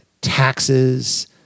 taxes